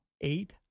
eight